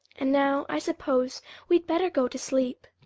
and now i suppose we'd better go to sleep,